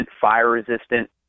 fire-resistant